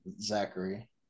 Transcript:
Zachary